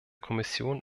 kommission